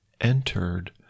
entered